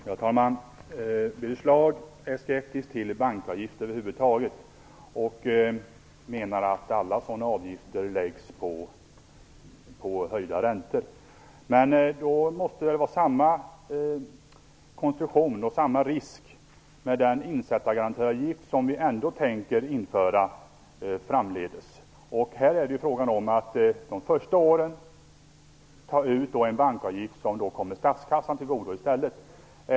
Herr talman! Birger Schlaug är skeptisk till bankavgifter över huvud taget och menar att alla sådana avgifter läggs på höjda räntor. Det måste väl vara samma risk med den insättargarantiavgift som vi ändå tänker införa framdeles? Här är det fråga om att under de första åren ta ut en bankavgift som kommer statskassan till godo.